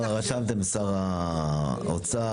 רשמתם שר האוצר,